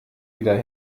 wieder